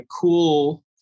cool